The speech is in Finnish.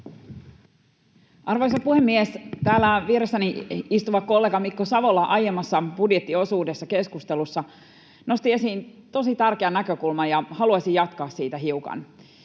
Arvoisa puhemies! Täällä vieressäni istuva kollega Mikko Savola aiemmassa budjettikeskustelun osuudessa nosti esiin tosi tärkeän näkökulman, ja haluaisin jatkaa siitä hiukan.